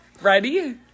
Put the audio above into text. ready